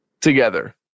together